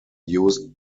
used